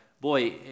boy